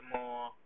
more